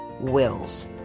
wills